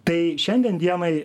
tai šiandien dienai